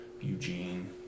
Eugene